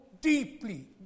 deeply